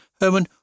Herman